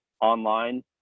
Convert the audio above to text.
online